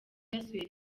yasuye